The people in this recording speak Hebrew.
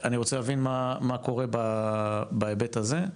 אז אני רוצה להבין מה קורה בהיבט הזה.